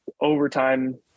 overtime